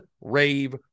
rave